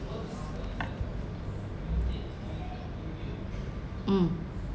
mm